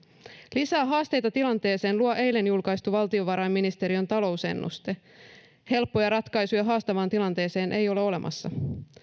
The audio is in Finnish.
lisää haasteita tilanteeseen luo eilen julkaistu valtiovarainministeriön talousennuste helppoja ratkaisuja haastavaan tilanteeseen ei ole olemassa